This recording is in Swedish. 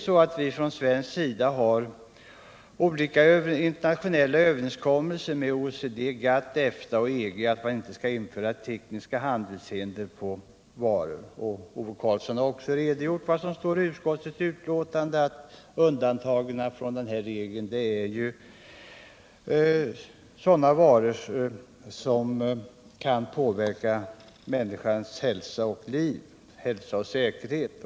Vi har från svensk sida träffat olika internationella överenskommelser —- med OECD, GATT, EFTA och EG - i vilka vi utfäst oss att inte införa s.k. tekniska handelshinder. Ove Karlsson har också redogjort för att undantag från dessa överenskommelser är regleringar som syftar till att skydda människors liv, hälsa och säkerhet.